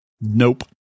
Nope